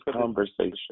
conversation